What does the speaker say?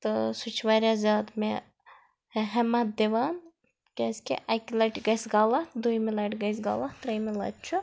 تہٕ سُہ چھُ واریاہ زِیادٕ مےٚ ہیٚمت دِوان کِیازِ کہِ اکہِ لَٹہِ گژھِ غَلط دٔیمہِ لَٹہِ گژھِ غَلط ترٛیٚیمہِ لَٹہِ چھُ